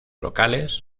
locales